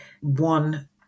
one